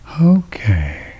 Okay